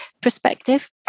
perspective